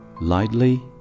lightly